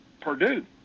Purdue